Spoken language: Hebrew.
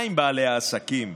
מה עם בעלי העסקים?